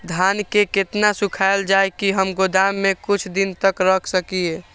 धान के केतना सुखायल जाय की हम गोदाम में कुछ दिन तक रख सकिए?